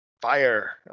fire